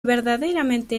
verdaderamente